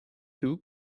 two